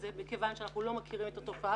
זה מכיוון שאנחנו לא מכירים את התופעה